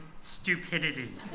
stupidity